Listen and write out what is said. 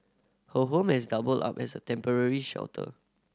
her home has doubled up as a temporary shelter